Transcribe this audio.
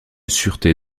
sûreté